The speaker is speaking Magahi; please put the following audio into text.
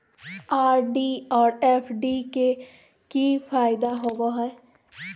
आर.डी और एफ.डी के की फायदा होबो हइ?